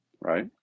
Right